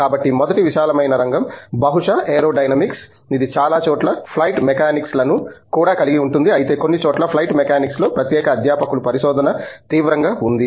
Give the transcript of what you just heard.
కాబట్టి మొదటి విశాలమైన రంగం బహుశా ఏరోడైనమిక్స్ ఇది చాలా చోట్ల ఫ్లైట్ మెకానిక్స్లను కూడా కలిగి ఉంటుంది అయితే కొన్ని చోట్ల ఫ్లైట్ మెకానిక్స్లో ప్రత్యేక అధ్యాపకుల పరిశోధన తీవ్రంగా ఉంది